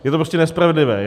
Je to prostě nespravedlivé.